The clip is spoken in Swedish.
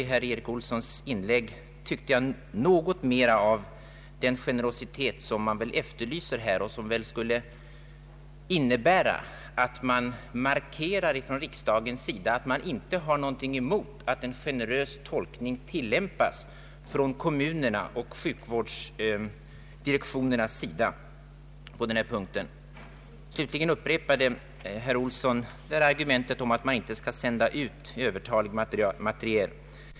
I herr Erik Olssons inlägg fanns ändå något mera av den generositet som jag efterlyser. En sådan skulle t.ex. innebära att riksdagen markerade att man inte hade något emot att kommunerna och sjukvårdsdirektionerna tillämpade en generös tolkning på detta område. Herr Erik Olsson upprepade argumentet att man inte skall sända ut övertalig materiel.